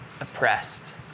oppressed